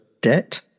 debt